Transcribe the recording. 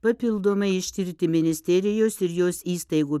papildomai ištirti ministerijos ir jos įstaigų